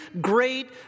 great